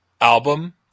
album